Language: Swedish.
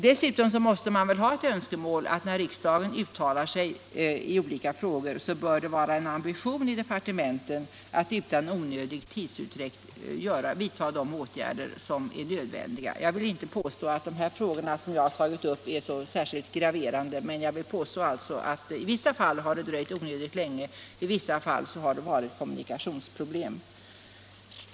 Dessutom borde väl departementet ha ambitionen att utan onödig tidsutdräkt vidta nödvändiga åtgärder när riksdagen har uttalat sig i olika frågor. Jag vill inte påstå att de frågor som jag har tagit upp är särskilt graverande, men jag påstår alltså att det i vissa fall har dröjt onödigt länge medan det i andra fall har varit kommunikationsproblem.